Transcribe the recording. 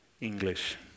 English